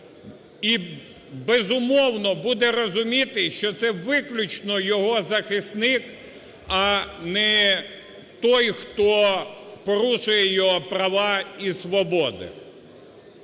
і, безумовно, буде розуміти, що це виключно його захисник, а не той, хто порушує його права і свободи.